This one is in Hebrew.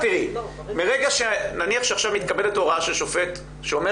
נניח שעכשיו מתקבלת הוראה של שופט שאומר